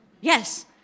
Yes